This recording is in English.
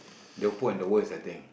the poor and the worst I think